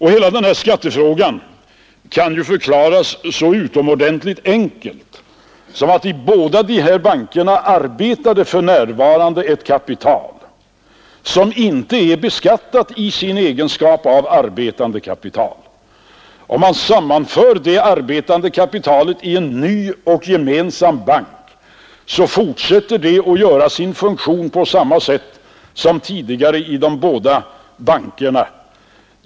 Hela denna skattefråga kan ju förklaras så utomordentligt enkelt som att i båda de här bankerna arbetar för närvarande ett kapital som inte är beskattat i sin egenskap av arbetande kapital. Om man sammanför det arbetande kapitalet i en ny, gemensam bank, fortsätter det att fylla sin funktion på samma sätt som tidigare i de båda bankerna.